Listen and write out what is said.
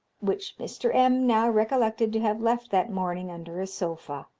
which mr. m. now recollected to have left that morning under a sofa.